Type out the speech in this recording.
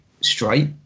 straight